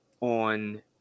on